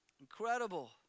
Incredible